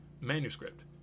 manuscript